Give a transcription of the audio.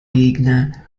gegner